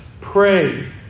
pray